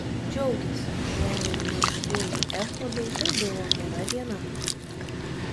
džiaugėsi jam ir martynui echodui tai buvo gera diena